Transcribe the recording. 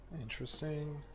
Interesting